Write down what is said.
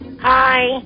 Hi